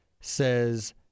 says